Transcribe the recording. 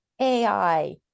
AI